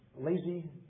lazy